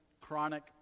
chronic